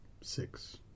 six